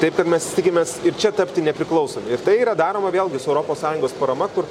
taip kad mes tikimės ir čia tapti nepriklausomi ir tai yra daroma vėlgi su europos sąjungos parama kur